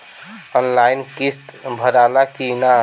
Online किस्त भराला कि ना?